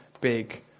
big